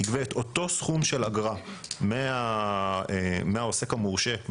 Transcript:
יגבה את אותו סכום של אגרה מהעוסק המורשה,